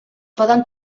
poden